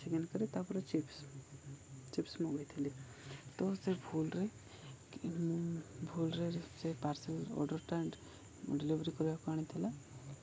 chicken curry ତା'ପରେ chips chips ମଗେଇଥିଲି ତ ସେ ଭୁଲ୍ରେ ଭୁଲ୍ରେ ସେ ପାର୍ସେଲ୍ ଅର୍ଡ଼ର୍ଟା ଡେଲିଭରି କରିବାକୁ ଆଣିଥିଲା